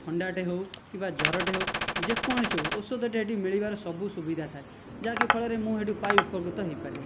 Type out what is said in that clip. ଥଣ୍ଡା ଟେ ହେଉ କିମ୍ବା ଜ୍ଵରଟେ ହେଉ ଯେକୌଣସି ହେଉ ଔଷଧଟେ ଏଠି ମିଳିବାର ସବୁ ସୁବିଧା ଥାଏ ଯାହାକି ଫଳରେ ମୁଁ ସେଥିପାଇଁ ଉପକୃତ ହୋଇପାରେ